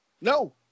No